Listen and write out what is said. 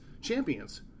Champions